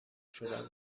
شدن